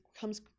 comes